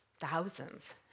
thousands